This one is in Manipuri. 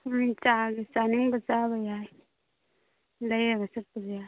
ꯎꯝ ꯆꯥꯕꯁꯨ ꯆꯥꯅꯤꯡꯕ ꯆꯥꯕ ꯌꯥꯏ ꯂꯩꯔꯒ ꯆꯠꯄꯁꯨ ꯌꯥꯏ